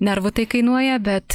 nervų tai kainuoja bet